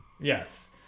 Yes